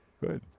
good